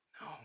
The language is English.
No